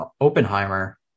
Oppenheimer